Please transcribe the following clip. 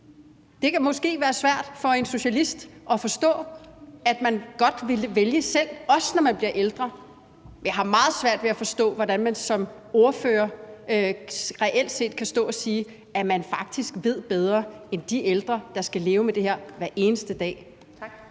Det kan måske være svært for en socialist at forstå, at man godt vil vælge selv, også når man bliver ældre, men jeg har meget svært ved at forstå, hvordan man som ordfører reelt set kan stå og sige, at man faktisk ved bedre end de ældre, der skal leve med det her hver eneste dag. Kl.